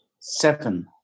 Seven